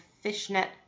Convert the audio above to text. Fishnet